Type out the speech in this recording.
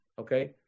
Okay